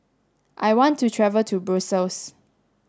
I want to travel to Brussels